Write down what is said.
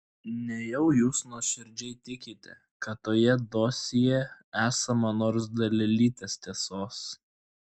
nejau jūs nuoširdžiai tikite kad toje dosjė esama nors dalelytės tiesos